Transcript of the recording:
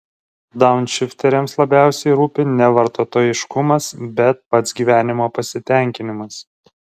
daunšifteriams labiausiai rūpi ne vartotojiškumas bet pats gyvenimo pasitenkinimas